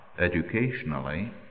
educationally